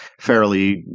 fairly